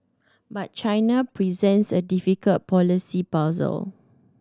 but China presents a difficult policy puzzle